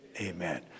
amen